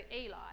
Eli